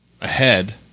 ahead